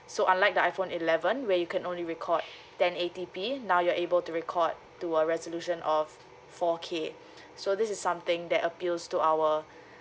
so unlike the iphone eleven where you can only record ten eighty P now you'll able to record to a resolution of four K so this is something that appeals to our